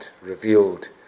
revealed